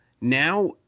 now